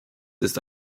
ist